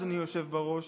אדוני היושב-ראש,